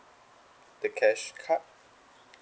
the cash card